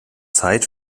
zeit